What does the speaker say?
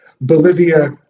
Bolivia